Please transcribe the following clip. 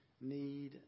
Need